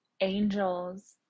angels